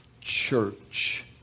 church